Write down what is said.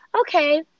okay